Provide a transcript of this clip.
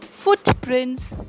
footprints